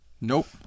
nope